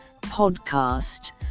podcast